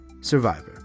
survivor